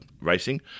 racing